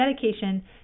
dedication